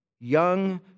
Young